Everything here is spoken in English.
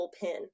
pin